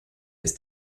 ist